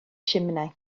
simnai